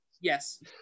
Yes